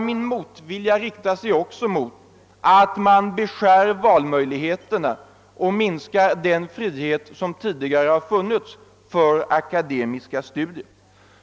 Min motvilja riktar sig också mot det förhållandet, att man beskär valmöjligheterna och minskar den frihet som tidigare har funnits för akademiska studier.